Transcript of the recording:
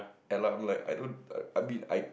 and I'm like I don't I mean I